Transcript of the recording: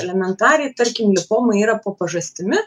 elementariai tarkim lipoma yra po pažastimi